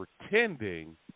pretending